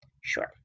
Sure